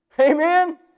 Amen